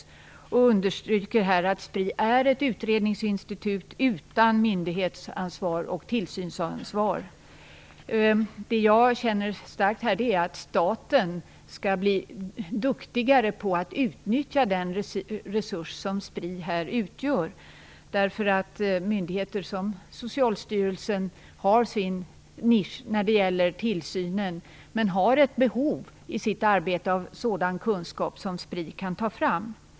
Utskottet understryker att Spri är ett utredningsinstitut utan myndighetsansvar och tillsynsansvar. Det jag känner starkt för är att staten skall bli duktigare på att utnyttja den resurs som Spri här utgör. Myndigheter som Socialstyrelsen har sin nisch när det gäller tillsynen men har i sitt arbete ett behov av sådan kunskap som Spri kan ta fram.